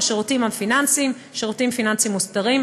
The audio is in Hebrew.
שירותים פיננסיים (שירותים פיננסיים מוסדרים),